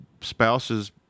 spouse's